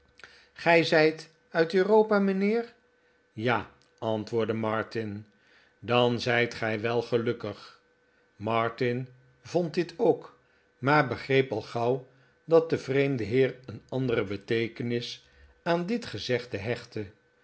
gij zijt uit europa mijnheer ja antwoordde martin dan zijt gij wel gelukkig martin vond dit ook maar begreep al gauw dat de vreemde heer een andere beteekenis aan dit gezegde hechtte